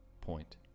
point